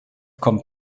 kommt